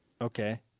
Okay